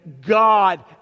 God